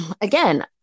again